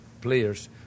players